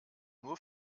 nur